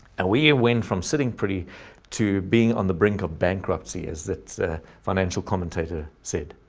and we ah went from sitting pretty to being on the brink of bankruptcy as that financial commentator said,